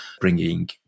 bringing